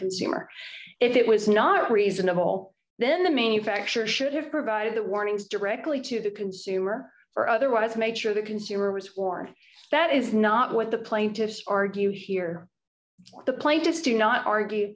consumer if it was not reasonable then the manufacturer should have provided the warnings directly to the consumer or otherwise make sure the consumer was warm that is not what the plaintiffs argue here the plaintiffs do not argue